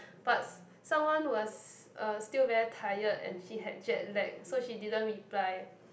but s~ someone was uh still very tired and she had jet lagged so she didn't reply